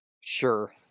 Sure